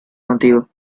contigo